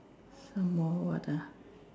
some more what ah